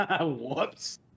Whoops